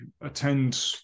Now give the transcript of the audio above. attend